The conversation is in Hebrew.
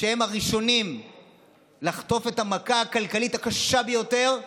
שהם הראשונים לחטוף את המכה הכלכלית הקשה ביותר,